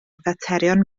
faterion